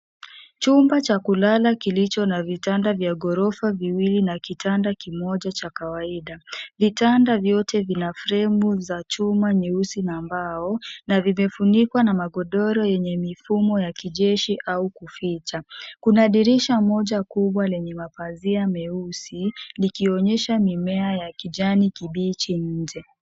Chumba cha kulala kilicho na vitanda vya ghorofa viwili na kitanda kimoja cha kawaida. Vitanda vyote vina fremu za chuma nyeusi na mbao na vimefunikwa na magodoro yenye mifumo ya kijeshi au kuficha. Kuna dirisha moja kubwa lenye mapazia meusi likionyesha mimea ya kijani kibichi nje.